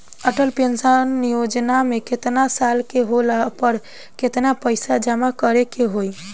Atal pension Yojana मे केतना साल के होला पर केतना पईसा जमा करे के होई?